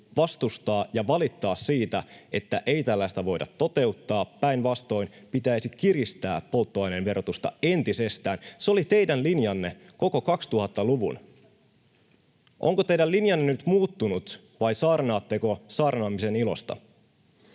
vastustaa ja valittaa siitä, että ei tällaista voida toteuttaa, päinvastoin pitäisi kiristää polttoaineen verotusta entisestään? Se oli teidän linjanne koko 2000-luvun. Onko teidän linjanne nyt muuttunut, vai saarnaatteko saarnaamisen ilosta?